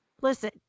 Listen